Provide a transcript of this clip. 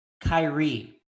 Kyrie